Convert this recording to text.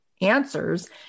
answers